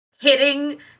hitting